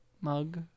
mug